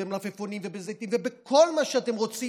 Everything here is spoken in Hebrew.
במלפפונים ובזיתים ובכל מה שאתם רוצים.